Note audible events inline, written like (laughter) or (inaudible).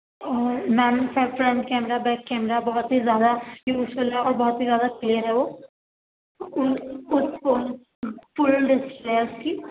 اور ma'am front camera back camera بہت ہی زیادہ یوزفل ہے اور بہت ہی زیادہ کلیئر ہے وہ (unintelligible) فل ڈسپلے ہے اُس کی